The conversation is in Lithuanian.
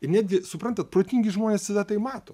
netgi suprantat protingi žmonės visada tai mato